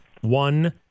one